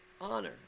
honor